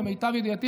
למיטב ידיעתי,